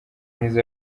myiza